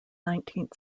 nineteenth